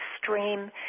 extreme